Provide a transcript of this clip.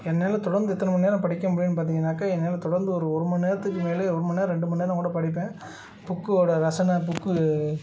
என்னால் தொடர்ந்து இத்தனை மணிநேரம் படிக்க முடியும்னு பார்த்திங்கன்னாக்கா என்னால் தொடர்ந்து ஒரு ஒரு மணிநேரத்துக்கு மேலே ஒரு மணிநேரம் ரெண்டு மணிநேரம் கூட படிப்பேன் புக்கோடய ரசனை புக்கு